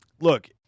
look